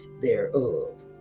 thereof